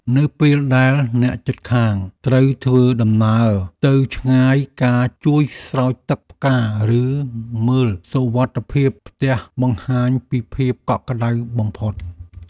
នៅពេលដែលអ្នកជិតខាងត្រូវធ្វើដំណើរទៅឆ្ងាយការជួយស្រោចទឹកផ្កាឬមើលសុវត្ថិភាពផ្ទះបង្ហាញពីភាពកក់ក្តៅបំផុត។